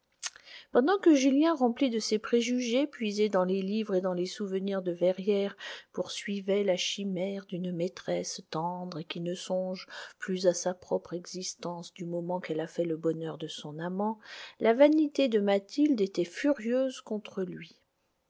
pendant que julien rempli de ses préjugés puisés dans les livres et dans les souvenirs de verrières poursuivait la chimère d'une maîtresse tendre et qui ne songe plus à sa propre existence du moment qu'elle a fait le bonheur de son amant la vanité de mathilde était furieuse contre lui